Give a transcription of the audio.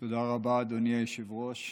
תודה רבה, אדוני היושב-ראש.